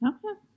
Okay